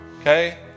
okay